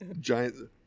giant